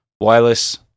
Wireless